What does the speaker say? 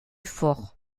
fort